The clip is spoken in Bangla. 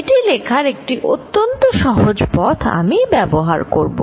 এটি লেখার একটি অত্যন্ত সহজ পথ আমি ব্যবহার করব